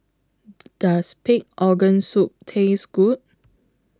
Does Pig Organ Soup Taste Good